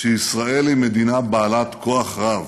שישראל היא מדינה בעלת כוח רב,